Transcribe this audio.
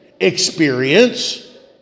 experience